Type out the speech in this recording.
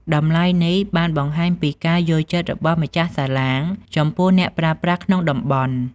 តម្លៃនេះបានបង្ហាញពីការយល់ចិត្តរបស់ម្ចាស់សាឡាងចំពោះអ្នកប្រើប្រាស់ក្នុងតំបន់។